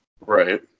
Right